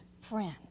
friend